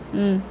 mm